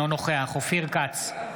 אינו נוכח אופיר כץ,